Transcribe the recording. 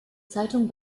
zeitung